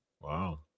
Wow